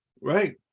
Right